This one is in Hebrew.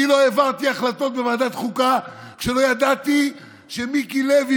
אני לא העברתי החלטות בוועדת החוקה כשלא ידעתי שמיקי לוי